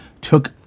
took